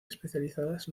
especializadas